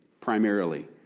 primarily